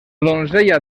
donzella